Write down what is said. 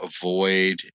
avoid